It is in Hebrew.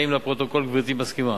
האם, לפרוטוקול, גברתי מסכימה?